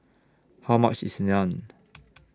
How much IS Naan